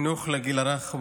חינוך לגיל הרך,